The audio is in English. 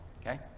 okay